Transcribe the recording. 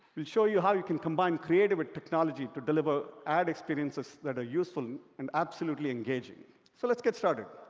we'll show you how you can combine creative with technology to deliver ad experiences that are useful and absolutely engaging. so let's get started.